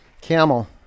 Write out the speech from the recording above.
Camel